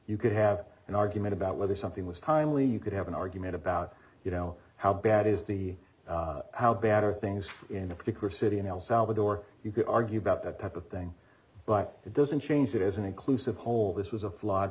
you could have an argument about whether something was timely you could have an argument about you know how bad is the how bad are things in a particular city in el salvador you can argue about that type of thing but it doesn't change that is an inclusive whole this was a fl